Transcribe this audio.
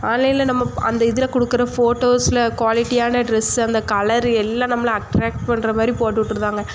online நம்ம அந்த இதில் கொடுக்குற ஃபோட்டோஸில் குவாலிட்டியான ட்ரெஸ்ஸு அந்த கலரு எல்லாம் நம்மளை அட்ராக்ட் பண்ணுற மாதிரி போட்டு விட்ருதாங்க